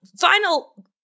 final